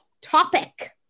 topic